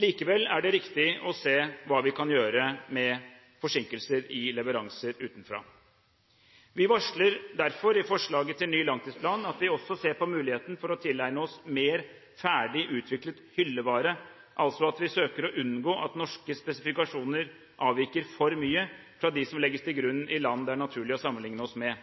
Likevel er det riktig å se på hva vi kan gjøre med forsinkelser i leveranser utenfra. Vi varsler derfor i forslaget til ny langtidsplan at vi også ser på muligheten for å tilegne oss mer ferdig utviklet «hyllevare» – altså at vi søker å unngå at norske spesifikasjoner avviker for mye fra dem som legges til grunn i land det er naturlig å sammenligne oss med.